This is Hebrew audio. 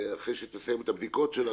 אחרי שהיא תסיים את הבדיקות שלה,